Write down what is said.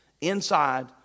inside